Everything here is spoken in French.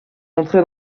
entré